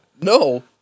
No